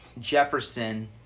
Jefferson